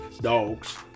dogs